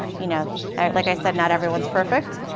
you know like i said, not everyone's perfect,